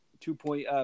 two-point